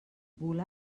volà